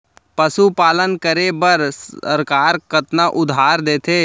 पशुपालन करे बर सरकार कतना उधार देथे?